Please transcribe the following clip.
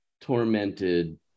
tormented